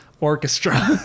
orchestra